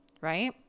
right